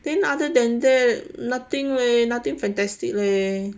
then other than that nothing leh nothing fantastic leh